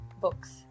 books